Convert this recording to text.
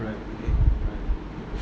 right right